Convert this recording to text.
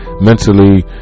mentally